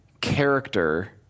character